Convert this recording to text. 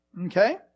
Okay